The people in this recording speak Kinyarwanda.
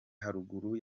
haruguru